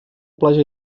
platja